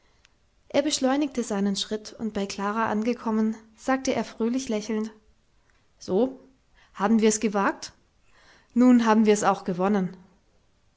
er beschleunigte seinen schritt und bei klara angekommen sagte er fröhlich lächelnd so haben wir's gewagt nun haben wir's auch gewonnen